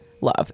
love